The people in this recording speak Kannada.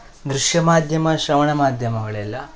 ದೃಶ್ಯ ಮಾಧ್ಯಮ ಶ್ರವಣ ಮಾಧ್ಯಮಗಳೆಲ್ಲ